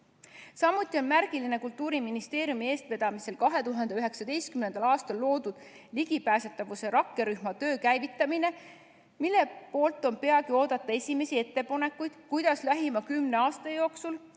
Samuti on märgiline Kultuuriministeeriumi eestvedamisel 2019. aastal loodud ligipääsetavuse rakkerühma töö käivitamine. Peagi on oodata esimesi ettepanekuid, kuidas lähima kümne aasta jooksul